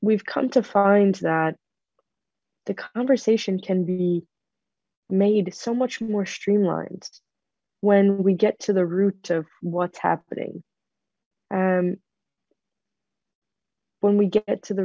we've come to find that the conversation can be made so much more streamlined when we get to the root of what's happening when we get to the